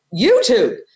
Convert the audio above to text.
YouTube